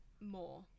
more